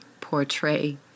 portray